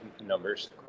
numbers